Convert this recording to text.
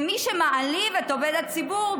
ומי שמעליב את עובד הציבור,